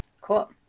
cool